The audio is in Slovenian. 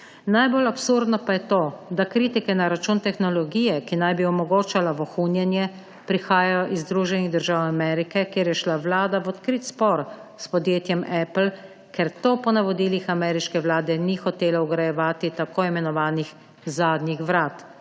Najbolj absurdno pa je to, da kritike na račun tehnologije, ki naj bi omogočala vohunjenje, prihajajo iz Združenih držav Amerike, kjer je šla vlada v odkrit spor s podjetjem Apple, ker to po navodilih ameriške vlade ni hotelo vgrajevati tako imenovanih zadnjih vrat,